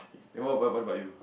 what about what about you